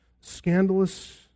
scandalous